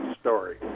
story